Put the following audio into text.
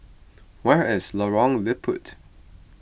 where is Lorong Liput